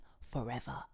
forever